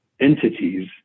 entities